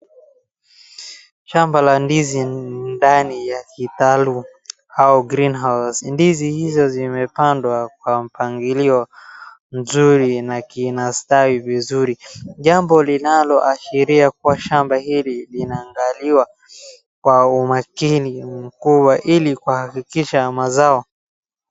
Shamba la ndizi ndani ya kitalu au greenhouse . Ndizi hizo zimepandwa kwa mpangilio mzuri na kinastawi vizuri. Jambo linaloashiria kuwa shamba hili linaangaliwa kwa umakini mkubwa ili kuafikisha mazao.